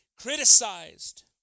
criticized